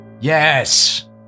Yes